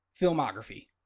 filmography